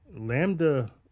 Lambda